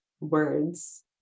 words